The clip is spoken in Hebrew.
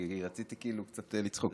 כי רציתי קצת לצחוק.